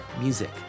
music